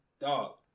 dog